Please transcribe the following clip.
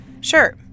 Sure